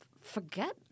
forget